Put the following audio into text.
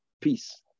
peace